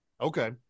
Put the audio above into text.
Okay